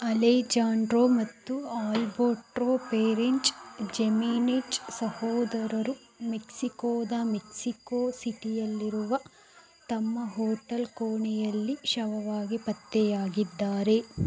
Alejandro ಮತ್ತು Alberto ಪೇರೆಂಚ್ Jimenez ಸಹೋದರರು ಮೆಕ್ಸಿಕೋದ ಮೆಕ್ಸಿಕೋ ಸಿಟಿಯಲ್ಲಿರುವ ತಮ್ಮ ಹೋಟಲ್ ಕೋಣೆಯಲ್ಲಿ ಶವವಾಗಿ ಪತ್ತೆಯಾಗಿದ್ದಾರೆ